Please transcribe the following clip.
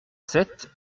sept